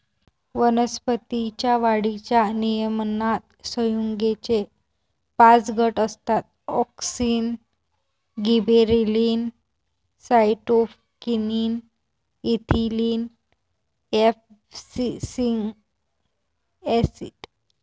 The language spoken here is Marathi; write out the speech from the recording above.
वनस्पतीं च्या वाढीच्या नियमनात संयुगेचे पाच गट असतातः auxin, gibberellin, cytokinin, ethylene, abscisic acid